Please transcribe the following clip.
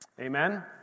amen